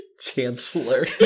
chancellor